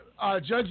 Judge